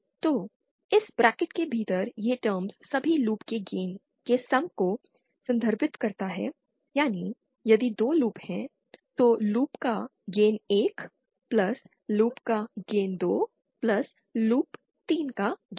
तो इस ब्रैकेट के भीतर यह टर्म्स सभी लूप के गेन के सम को संदर्भित करता है यानी यदि 2 लूप हैं तो लूप का गेन 1 लूप का गेन 2 लूप 3 का गेन